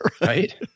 Right